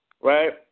right